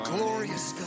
Glorious